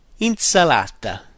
Insalata